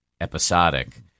episodic